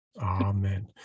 Amen